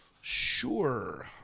sure